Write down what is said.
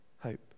hope